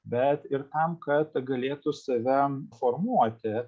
bet ir tam kad galėtų save formuoti